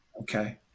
Okay